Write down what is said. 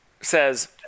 Says